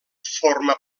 forma